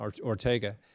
Ortega